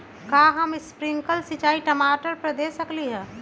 का हम स्प्रिंकल सिंचाई टमाटर पर दे सकली ह?